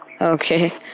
Okay